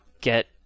get